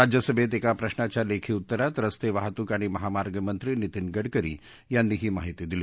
राज्यसभेत एका प्रश्राच्या लेखी उत्तरात रस्ते वाहतूक आणि महामार्ग मंत्री नितीन गडकरी यांनी ही माहिती दिली